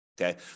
Okay